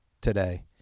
today